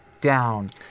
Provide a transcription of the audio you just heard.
down